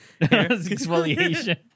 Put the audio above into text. Exfoliation